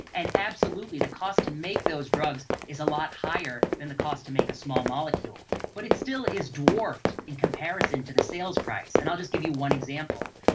and absolutely the cost to make those drugs is a lot higher than the cost to make a small molecule, but it still is dwarfed in comparison to the sales price. and i'll just to give you one example.